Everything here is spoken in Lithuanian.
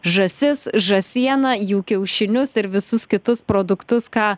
žąsis žąsieną jų kiaušinius ir visus kitus produktus ką